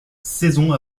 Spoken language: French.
saison